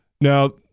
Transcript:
Now